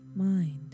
mind